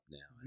now